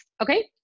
Okay